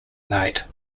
night